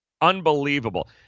Unbelievable